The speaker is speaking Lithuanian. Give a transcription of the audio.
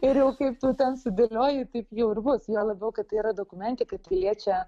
ir jau kaip tu ten sudėlioji taip jau ir bus juo labiau kad tai yra dokumentika tai liečia